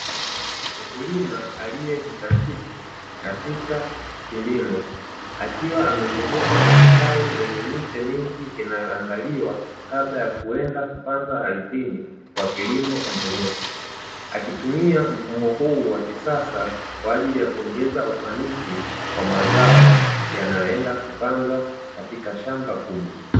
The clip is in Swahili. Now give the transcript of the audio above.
Mkulima aliyejizatiti katika kilimo akiwa amezungukwa na vitalu vyenye miche mingi inayoandaliwa kabla ya kuenda kupanda ardhini kwa kilimo endelevu, akitumia mfumo huu wa kisasa kwa ajili ya kuongeza ufanisi wa mazao yanayoenda kupandwa katika shamba kubwa.